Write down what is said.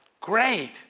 Great